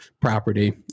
property